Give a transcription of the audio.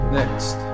next